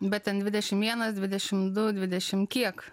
bet ten dvidešim vienas dvidešim du dvidešim kiek